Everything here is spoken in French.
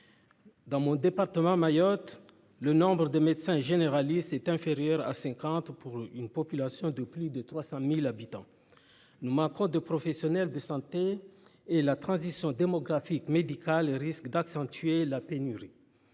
Dans mon département, Mayotte, le nombre de médecins généralistes est inférieur à 50 pour une population de plus de 300.000 habitants. Nous manquons de professionnels de santé et la transition démographique médicale risque d'accentuer la pénurie.